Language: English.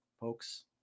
folks